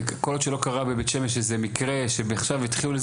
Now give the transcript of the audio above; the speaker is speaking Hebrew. כל עוד שלא קרה בבית שמש איזה מקרה שעכשיו התחילו,